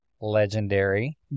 Legendary